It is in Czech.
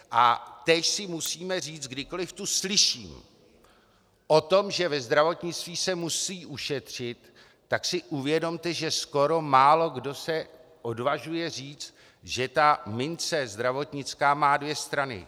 A též si musíme říct, kdykoliv tu slyším o tom, že ve zdravotnictví se musí ušetřit, tak si uvědomte, že skoro málokdo se odvažuje říct, že ta zdravotnická mince má dvě strany.